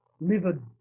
liver